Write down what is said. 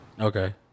Okay